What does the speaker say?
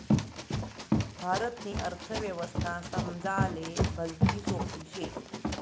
भारतनी अर्थव्यवस्था समजाले भलती सोपी शे